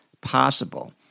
possible